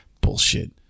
Bullshit